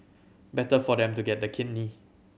better for them to get the kidney